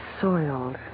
soiled